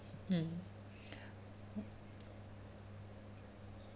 mm